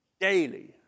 daily